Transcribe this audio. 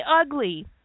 ugly